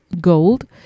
gold